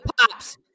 pops